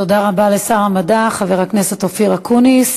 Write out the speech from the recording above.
תודה רבה לשר המדע חבר הכנסת אופיר אקוניס.